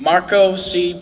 marco see